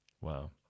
Wow